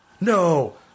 No